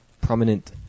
prominent